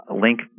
Link